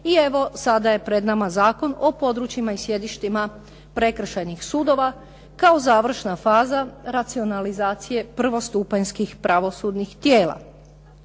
i evo, sada je pred nama Zakon o područjima i sjedištima prekršajnih sudova kao završna faza racionalizacije prvostupanjskih pravosudnih tijela.